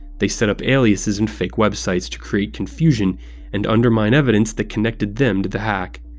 they set up aliases and fake websites to create confusion and undermine evidence that connected them to the hack.